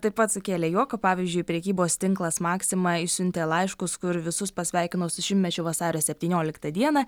taip pat sukėlė juoką pavyzdžiui prekybos tinklas maxima išsiuntė laiškus kur visus pasveikino su šimtmečiu vasario septynioliktą dieną